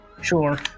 Sure